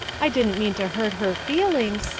i dident mean to hurt her feelings.